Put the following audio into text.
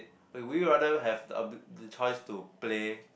will you rather have a the choice to play